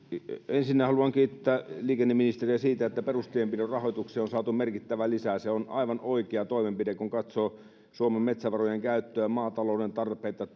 ensinnä haluan kiittää liikenneministeriä siitä että perustienpidon rahoitukseen on saatu merkittävä lisä se on aivan oikea toimenpide kun katsoo suomen metsävarojen käyttöä maatalouden tarpeita